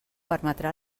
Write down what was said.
permetrà